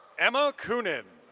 emma cunin.